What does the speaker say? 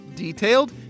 detailed